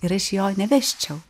ir aš jo nevesčiau